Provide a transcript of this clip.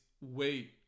wait